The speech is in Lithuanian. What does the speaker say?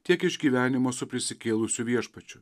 tiek iš gyvenimo su prisikėlusiu viešpačiu